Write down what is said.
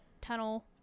tunnel